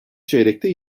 çeyrekte